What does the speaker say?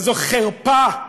זו חרפה,